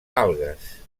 algues